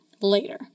later